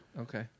okay